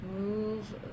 move